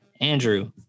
Andrew